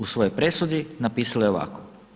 U svojoj presudi napisala je ovako.